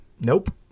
Nope